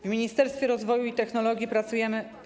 W Ministerstwie Rozwoju i Technologii pracujemy.